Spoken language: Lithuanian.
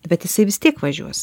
bet jisai vis tiek važiuos